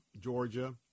Georgia